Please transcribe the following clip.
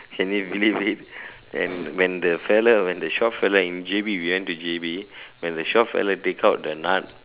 can you believe it then when the fella when the shop fella in J_B we went to J_B when the shop fella take out the nut